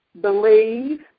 believe